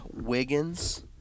Wiggins